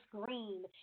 green